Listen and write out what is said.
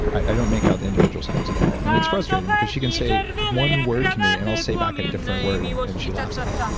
i don't make out the individual sounds at all. and it's frustrating because she can say one word to me and i'll say back a different word and and she laughs at me.